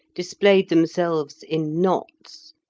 displayed themselves in knots,